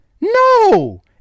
No